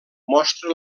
mostra